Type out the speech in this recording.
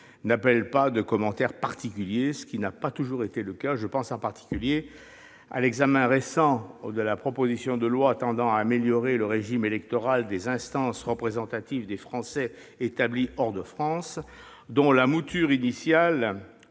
n'appellent pas de commentaires particuliers, ce qui n'a pas toujours été le cas- je pense notamment à l'examen récent de la proposition de loi tendant à améliorer le régime électoral des instances représentatives des Français établis hors de France, dont la mouture initiale